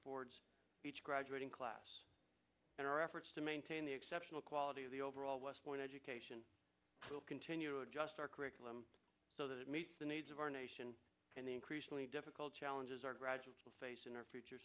affords each graduating class in our efforts to maintain the exceptional quality of the overall westpoint education we'll continue to adjust our curriculum so that it meets the needs of our nation and the increasingly difficult challenges our graduates will face in our future